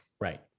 right